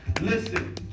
Listen